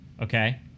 Okay